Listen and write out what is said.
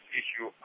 issue